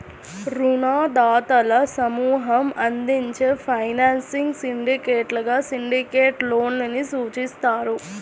రుణదాతల సమూహం అందించే ఫైనాన్సింగ్ సిండికేట్గా సిండికేట్ లోన్ ని సూచిస్తారు